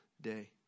day